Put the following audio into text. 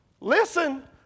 listen